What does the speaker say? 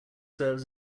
serves